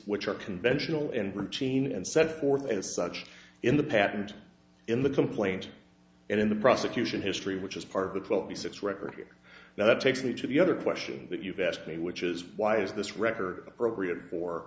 which are conventional and routine and set forth as such in the patent in the complaint and in the prosecution history which is part of the quote the six record here now that takes me to the other question that you've asked me which is why is this record appropriate for